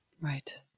Right